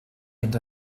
vins